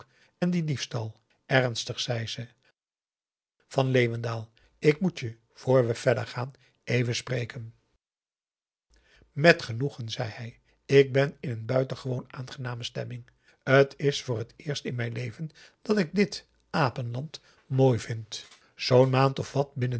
en dien diefstal ernstig zei ze van leeuwendaal ik moet je voor we verder gaan even spreken met genoegen zei hij ik ben in een buitengewoon aangename stemming t is voor het eerst in mijn leven dat ik dit apenland mooi vind zoo'n maand of wat binnen